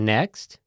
Next